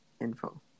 info